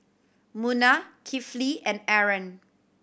Munah Kifli and Aaron